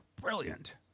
Brilliant